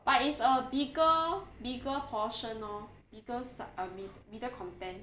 but it's a bigger bigger portion lor bigger si~ middle content